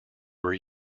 were